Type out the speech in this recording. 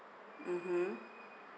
mmhmm